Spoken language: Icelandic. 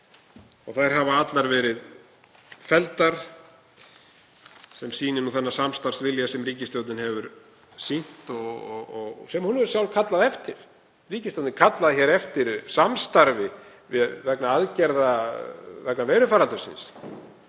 Þær hafa allar verið felldar, sem sýnir þann samstarfsvilja sem ríkisstjórnin hefur sýnt, sem hún hefur sjálf kallað eftir. Ríkisstjórnin kallaði eftir samstarfi vegna aðgerða vegna faraldursins